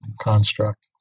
construct